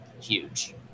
huge